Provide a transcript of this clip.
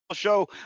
show